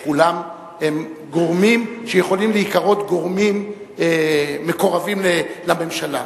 שכולם גורמים שיכולים להיקרא גורמים מקורבים לממשלה.